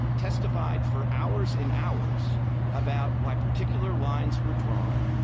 testified for hours and hours about why particular lines were drawn.